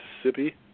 Mississippi